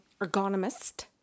ergonomist